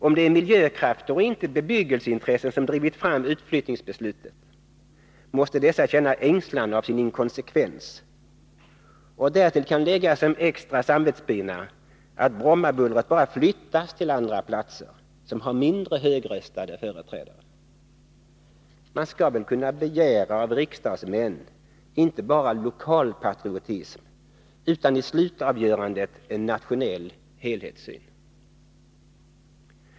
Om det är miljökrafter och inte bebyggelseintressen som drivit fram utflyttningsbeslutet, måste dessa känna ängslan av sin inkonsekvens, och därtill kan läggas som extra samvetspina att Brommabullret bara flyttas till andra platser, som har mindre högröstade företrädare. Man skall väl kunna begära av riksdagsmän inte bara lokalpatriotism utan i slutavgörandet en nationell helhetssyn.